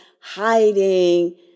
hiding